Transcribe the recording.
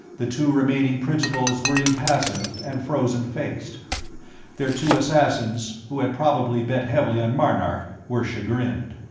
the two remaining principals were impassive and frozen-faced. their two assassins, who had probably bet heavily on marnark, were chagrined.